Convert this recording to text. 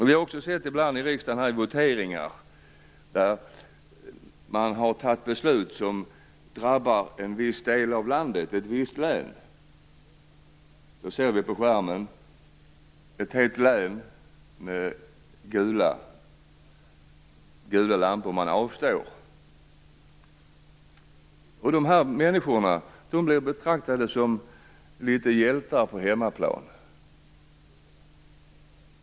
Vi har också sett ibland vid voteringar här i riksdagen, när vi har fattat beslut som drabbat en viss del av landet eller ett visst län, att ett helt län avstår från att rösta. Det lyser gula lampor på skärmen. De här människorna blir betraktade som något av hjältar på hemmaplan.